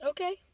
Okay